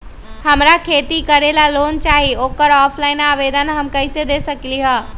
हमरा खेती करेला लोन चाहि ओकर ऑफलाइन आवेदन हम कईसे दे सकलि ह?